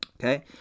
Okay